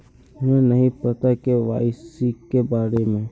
हमरा नहीं पता के.वाई.सी के बारे में?